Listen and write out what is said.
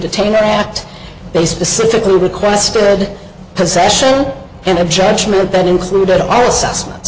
detainer act they specifically requested possession and of judgment that included our assessment